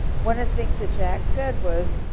one of the things that jack said was,